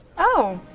oh.